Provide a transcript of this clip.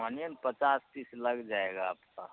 मानिए ना पचास पीस लग जाएगा आपका